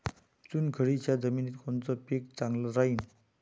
चुनखडीच्या जमिनीत कोनचं पीक चांगलं राहीन?